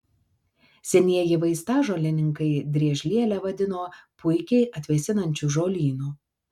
senieji vaistažolininkai driežlielę vadino puikiai atvėsinančiu žolynu